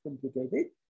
complicated